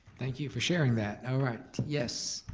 thank you for sharing that. all right, yes,